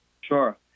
Sure